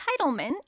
entitlement